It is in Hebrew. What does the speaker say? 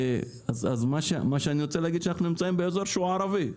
אז מה שאני רוצה להגיד הוא שאנחנו נמצאים באזור שהוא ערבי.